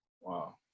Wow